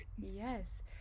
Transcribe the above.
yes